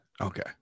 Okay